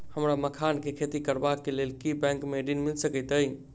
हमरा मखान केँ खेती करबाक केँ लेल की बैंक मै ऋण मिल सकैत अई?